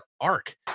arc